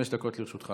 חמש דקות לרשותך,